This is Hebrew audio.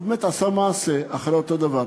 הוא באמת עשה מעשה אחרי אותו דבר,